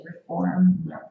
reform